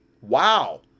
Wow